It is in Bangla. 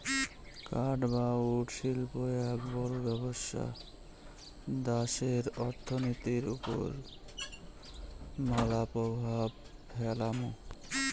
কাঠ বা উড শিল্প এক বড় ব্যবসা দ্যাশের অর্থনীতির ওপর ম্যালা প্রভাব ফেলামু